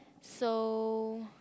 so